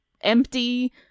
empty